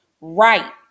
Right